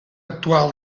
actual